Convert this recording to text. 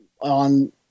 on